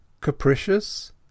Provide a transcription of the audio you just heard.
capricious